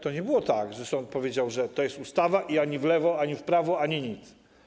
To nie było tak, że rząd powiedział, że to jest ustawa i ani w lewo, ani w prawo, nic.